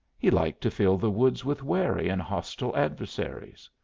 he liked to fill the woods with wary and hostile adversaries.